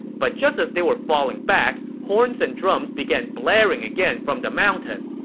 but just as they were falling back, horns and drums began blaring again from the mountain,